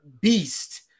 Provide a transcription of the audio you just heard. beast